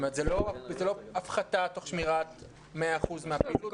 זו לא הפחתה תוך שמירת 100% מהפעילות